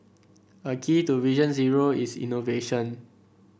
a key to Vision Zero is innovation